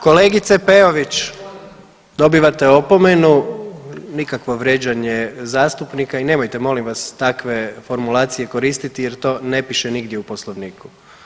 Kolegice Peović dobivate opomenu, nikakvo vrijeđanje zastupnika i nemojte molim vas takve formulacije koristiti jer to ne piše nigdje u poslovniku.